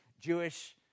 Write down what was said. Jewish